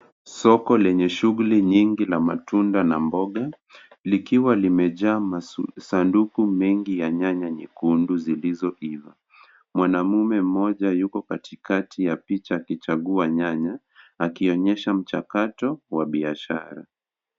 Soko lenye shughuli nyingi la matunda na mboga, likiwa limejaa masanduku mengi ya nyanya nyekundu zilizoiva. Mwanaume mmoja yuko katikati ya picha akichagua nyanya akionyesha mchakato wa biashara.